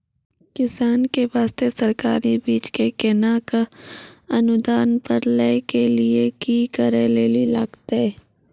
किसान के बास्ते सरकारी बीज केना कऽ अनुदान पर लै के लिए की करै लेली लागतै?